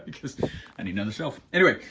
cause i need another shelf anyway,